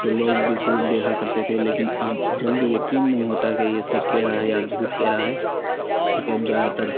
تو لوگ بھی خوب دیکھا کرتے تھے لیکن اب جلدی یکین نہیں ہوتا کہ یہ سچ کہہ رہا ہے یا جھوٹ کہہ رہا ہے کیونکہ اب زیادہ تر